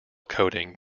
coating